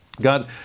God